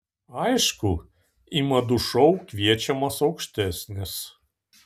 aišku į madų šou kviečiamos aukštesnės